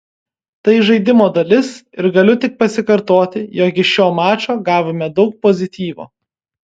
tai žaidimo dalis ir galiu tik pasikartoti jog iš šio mačo gavome daug pozityvo